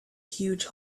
huge